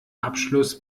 abschluss